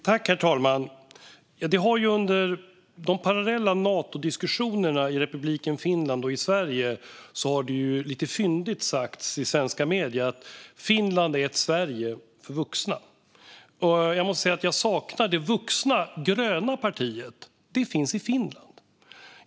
Herr talman! Det har under de parallella Natodiskussionerna i Republiken Finland och i Sverige lite fyndigt sagts i svenska medier att Finland är ett Sverige för vuxna. Jag måste säga att jag saknar det vuxna gröna partiet. Det finns i Finland.